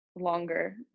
longer